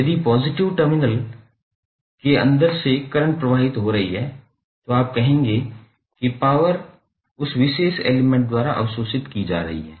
यदि positive terminal के अंदर से करंट प्रवाहित हो रही है तो आप कहेंगे कि पॉवर उस विशेष एलिमेंट द्वारा अवशोषित की जा रही है